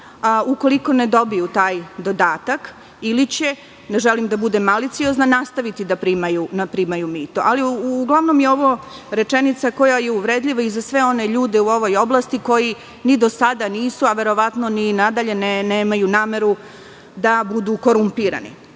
ukoliko ne dobiju taj dodatak, ili će, ne želim da budem maliciozna, nastaviti da primaju mito? Uglavnom, ovo je rečenica koja je uvredljiva i za sve one ljude u ovoj oblasti koji ni do sada nisu, a verovatno ni nadalje nemaju nameru da budu korumpirani.